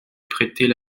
prêtait